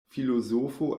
filozofo